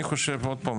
אני חושב שוב,